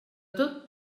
tot